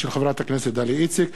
של חברת הכנסת דליה איציק.